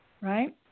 right